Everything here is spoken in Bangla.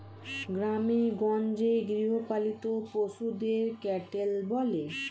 গ্রামেগঞ্জে গৃহপালিত পশুদের ক্যাটেল বলে